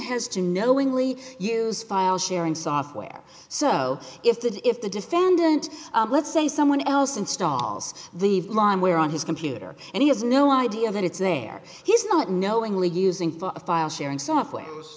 has to knowingly use file sharing software so if that if the defendant let's say someone else installs the line where on his computer and he has no idea that it's there he's not knowingly using a file sharing software